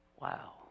Wow